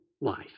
life